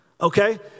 Okay